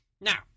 Now